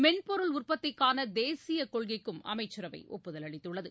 மென்பொருள் உற்பத்திக்கான தேசிய கொள்கைக்கும் அமைச்சரவை ஒப்புதல் அளித்துள்ளது